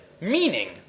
meaning